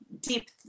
deep